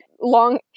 long